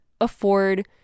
afford